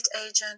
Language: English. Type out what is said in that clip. agent